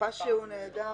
התקופה שהוא נעדר,